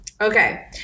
Okay